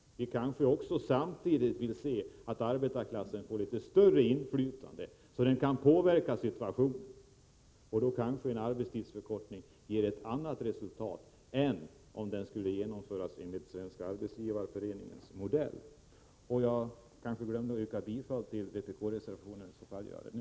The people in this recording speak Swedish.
Vi kanske önskar att också arbetarklassen får litet större inflytande för att kunna påverka situationen. En arbetstidsförkortning kan ge ett annat resultat än Svenska arbetsgivareföreningens modell. Jag yrkar bifall till vpk-reservationen.